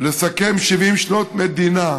לסכם 70 שנות מדינה,